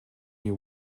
you